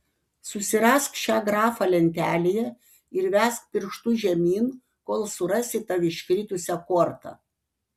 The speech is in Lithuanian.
susirask šią grafą lentelėje ir vesk pirštu žemyn kol surasi tau iškritusią kortą